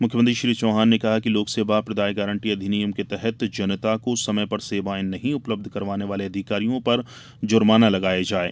मुख्यमंत्री श्री चौहान ने कहा कि लोक सेवा प्रदाय गारंटी अधिनियम के तहत जनता को समय पर सेवायें नहीं उपलब्ध कराने वाले अधिकारियों पर जुर्माना लगाया जाये